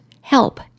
help